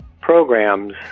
programs